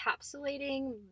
encapsulating